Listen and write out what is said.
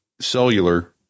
cellular